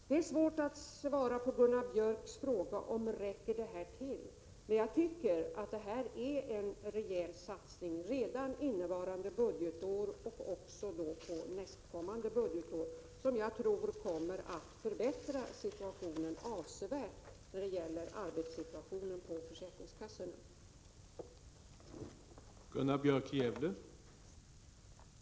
Det är svårt att svara på Gunnar Björks fråga om detta räcker. Men jag tycker att detta är en rejäl satsning — redan innevarande budgetår och också för nästkommande budgetår. Jag tror att detta kommer att förbättra arbetssituationen på försäkringskassorna avsevärt.